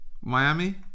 Miami